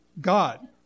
God